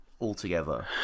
altogether